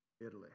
Italy